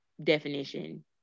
definition